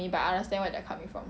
coming from